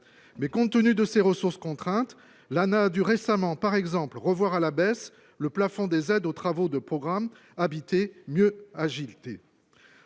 mais compte tenu de ses ressources contrainte n'a dû récemment par exemple revoir à la baisse le plafond des aides aux travaux de programme Habiter mieux agilité